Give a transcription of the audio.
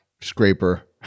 scraper